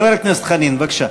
חבר הכנסת חנין, בבקשה.